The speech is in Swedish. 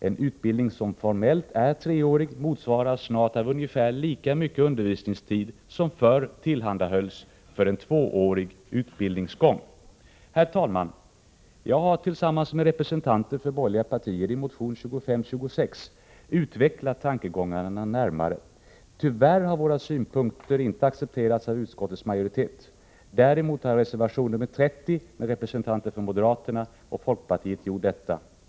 En utbildning som formellt är treårig motsvaras snart av ungefär lika mycket undervisningstid som förr tillhandahölls för en tvåårig utbildningsgång. Herr talman! Jag har tillsammans med representanter för borgerliga partier i motion 2526 utvecklat tankegångarna närmare. Tyvärr har våra synpunkter inte accepterats av utskottets majoritet. Däremot har man i reservation 30 med representanter för moderaterna och folkpartiet gjort detta.